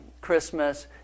Christmas